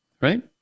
Right